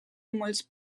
molts